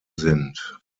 sind